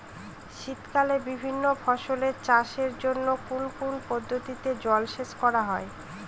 শীতকালে বিভিন্ন ফসলের চাষের জন্য কোন কোন পদ্ধতিতে জলসেচ করা হয়?